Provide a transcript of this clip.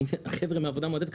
חבר'ה מעבודה מועדפת,